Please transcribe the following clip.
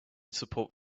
support